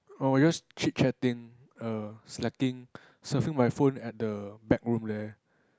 I'll use chit chatting err selecting surfing my phone at the back room there